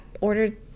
ordered